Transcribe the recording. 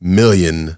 million